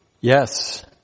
Yes